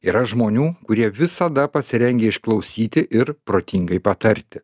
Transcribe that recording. yra žmonių kurie visada pasirengę išklausyti ir protingai patarti